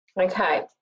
Okay